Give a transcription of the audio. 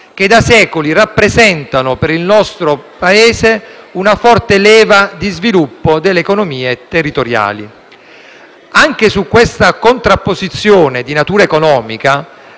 che da secoli rappresentano per il nostro Paese una forte leva di sviluppo delle economie territoriali. Anche su questa contrapposizione di natura economica